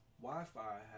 Wi-Fi